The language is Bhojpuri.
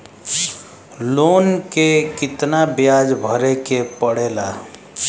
लोन के कितना ब्याज भरे के पड़े ला?